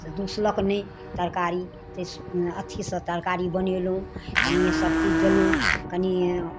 तऽ दुसलक नहि तरकारी अइ अथीसँ तरकारी बनेलहुँ कनि सबचीज देलहुँ कनि